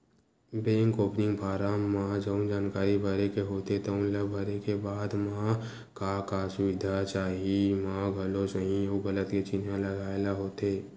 bank opening form म जउन जानकारी भरे के होथे तउन ल भरे के बाद म का का सुबिधा चाही म घलो सहीं अउ गलत के चिन्हा लगाए ल होथे